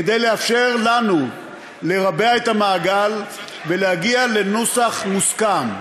כדי לאפשר לנו לרבע את המעגל ולהגיע לנוסח מוסכם.